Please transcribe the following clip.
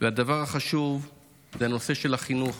והדבר החשוב זה הנושא של החינוך.